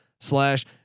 Slash